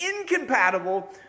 incompatible